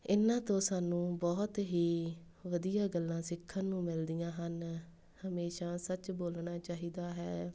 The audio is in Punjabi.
ਇਹਨਾਂ ਤੋਂ ਸਾਨੂੰ ਬਹੁਤ ਹੀ ਵਧੀਆ ਗੱਲਾਂ ਸਿੱਖਣ ਨੂੰ ਮਿਲਦੀਆਂ ਹਨ ਹਮੇਸ਼ਾ ਸੱਚ ਬੋਲਣਾ ਚਾਹੀਦਾ ਹੈ